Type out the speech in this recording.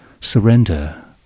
surrender